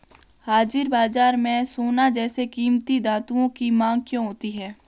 हाजिर बाजार में सोना जैसे कीमती धातुओं की मांग क्यों होती है